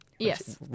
Yes